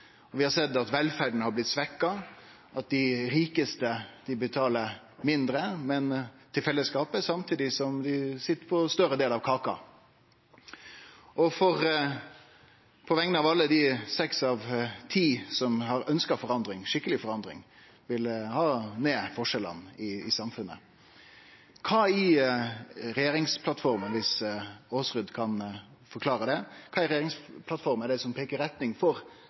formue. Vi har sett at velferda er blitt svekt, at dei rikaste betaler mindre til fellesskapet, samtidig som dei sit på ein større del av kaka. På vegner av alle dei seks av ti som har ønskt ei forandring, ei skikkeleg forandring, og vil ha ned forskjellane i samfunnet, kva i regjeringsplattforma er det som peiker retning for ei skikkeleg omfordeling i Noreg? Kan representanten Aasrud forklare det? Takk for spørsmålet. Kampen mot Forskjells-Norge er